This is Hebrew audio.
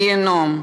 גיהינום,